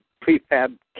prefab